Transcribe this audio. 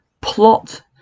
plot